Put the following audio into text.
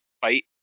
fight